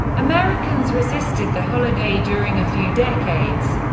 americans resisted the holiday during a few decades,